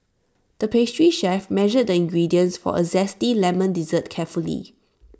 the pastry chef measured the ingredients for A Zesty Lemon Dessert carefully